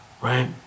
right